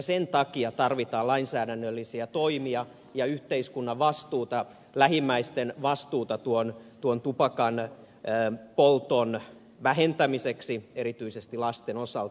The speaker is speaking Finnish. sen takia tarvitaan lainsäädännöllisiä toimia ja yhteiskunnan vastuuta lähimmäisten vastuuta tuon tupakanpolton vähentämiseksi erityisesti lasten osalta